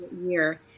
year